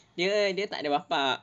dia dia takde bapa